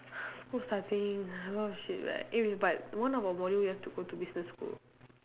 school starting a lot of shit like eh wait but one of our module we have to go to business school